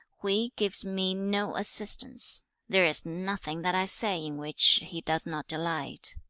hui gives me no assistance. there is nothing that i say in which he does not delight